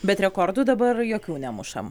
bet rekordų dabar jokių nemušam